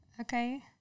okay